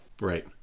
Right